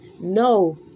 No